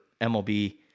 MLB